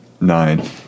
nine